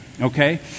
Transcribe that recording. okay